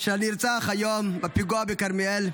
של הנרצח היום בפיגוע בכרמיאל.